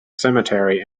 cemetery